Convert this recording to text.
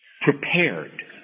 prepared